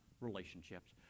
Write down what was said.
relationships